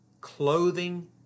clothing